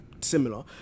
similar